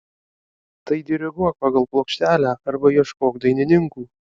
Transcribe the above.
tai diriguok pagal plokštelę arba ieškok dainininkų